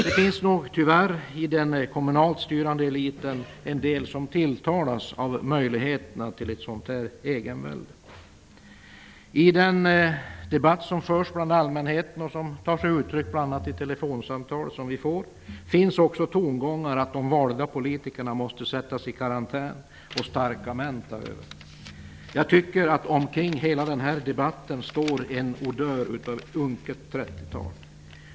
Det finns nog tyvärr de i den kommunalt styrande eliten som tilltalas av möjligheterna till ett sådant egenvälde. I den debatt som förs bland allmänheten och som tar sig uttryck i bl.a. telefonsamtal till oss finns också tongångar som att de valda politikerna måste sättas i karantän och starka män ta över. Jag tycker att det står en odör av unket 30-tal omkring hela den här debatten.